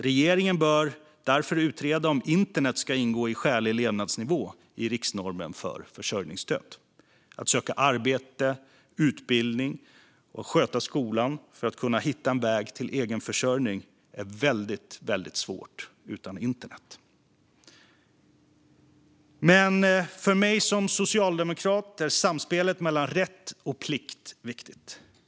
Regeringen bör därför utreda om internet ska ingå i skälig levnadsnivå i riksnormen för försörjningsstöd. Att söka arbete, utbildning och sköta skolan för att kunna hitta en väg till egen försörjning är väldigt svårt utan internet. För mig som socialdemokrat är samspelet mellan rätt och plikt viktigt.